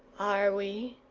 are we?